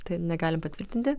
tai negalim patvirtinti